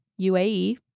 UAE